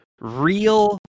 real